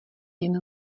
jen